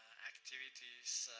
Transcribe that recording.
activities,